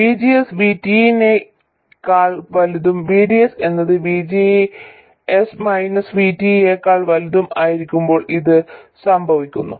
VGS VT നേക്കാൾ വലുതും VDS എന്നത് VGS മൈനസ് VT യേക്കാൾ വലുതും ആയിരിക്കുമ്പോൾ ഇത് സംഭവിക്കുന്നു